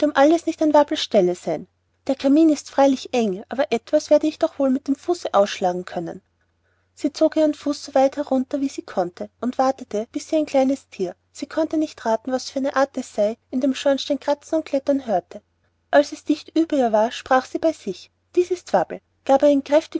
alles nicht an wabbel's stelle sein der kamin ist freilich eng aber etwas werde ich doch wohl mit dem fuße ausschlagen können sie zog ihren fuß so weit herunter wie sie konnte und wartete bis sie ein kleines thier sie konnte nicht rathen was für eine art es sei in dem schornstein kratzen und klettern hörte als es dicht über ihr war sprach sie bei sich dies ist wabbel gab einen kräftigen